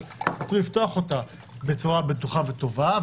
אבל צריך לפתוח אותה בצורה בטוחה וטובה.